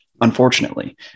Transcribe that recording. unfortunately